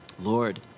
Lord